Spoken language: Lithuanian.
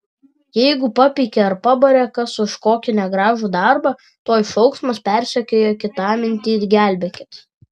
jeigu papeikė ar pabarė kas už kokį negražų darbą tuoj šauksmas persekioja kitamintį gelbėkit